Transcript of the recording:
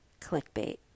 clickbait